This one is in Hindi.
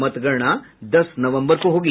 मतगणना दस नवम्बर को होगी